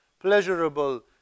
pleasurable